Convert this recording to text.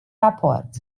raport